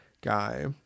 guy